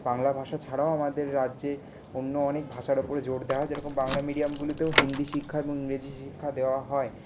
বাংলা ভাষা ছাড়াও আমাদের রাজ্যে অন্য অনেক ভাষার ওপরে জোর দেওয়া হয় যেরকম বাংলা মিডিয়ামগুলিতেও হিন্দি শিক্ষা এবং ইংরেজি শিক্ষা দেওয়া হয়